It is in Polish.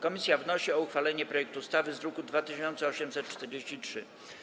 Komisja wnosi o uchwalenie projektu ustawy z druku nr 2843.